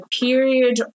period